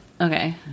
Okay